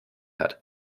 hat